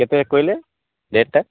କେତେ କହିଲେ ଡେଟଟା